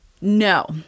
No